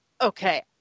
okay